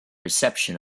reception